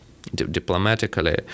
diplomatically